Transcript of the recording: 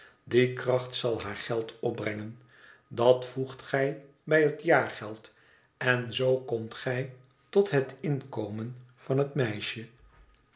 die kracht zal haar geld opbrengen dat voegt ij bij het jaargeld en zoo komt gij tot het mkomen van het meisje